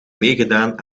meegedaan